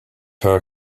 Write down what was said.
her